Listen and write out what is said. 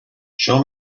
show